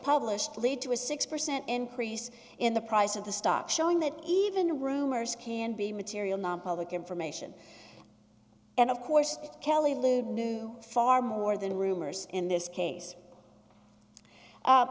published lead to a six percent increase in the price of the stock showing that even rumors can be material nonpublic information and of course kelly lou knew far more than rumors in this case